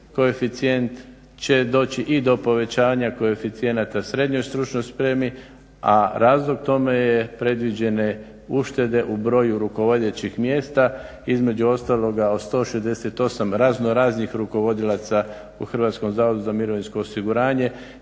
koeficijent će doći i do povećanja koeficijenata SSS, a razlog tome je predviđene uštede u broju rukovodećih mjesta. Između ostaloga, od 168 raznoraznih rukovodilaca u HZMO-u njih će biti negdje